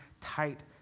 tight